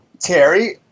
Terry